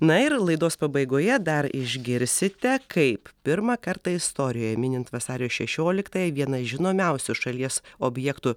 na ir laidos pabaigoje dar išgirsite kaip pirmą kartą istorijoje minint vasario šešioliktąją viena žinomiausių šalies objektų